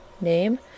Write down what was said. name